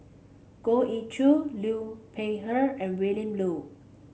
Goh Ee Choo Liu Peihe and Willin Low